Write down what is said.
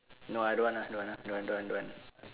no I don't want lah don't want don't want don't want don't want